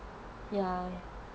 ya